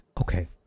okay